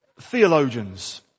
theologians